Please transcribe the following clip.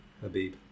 Habib